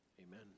Amen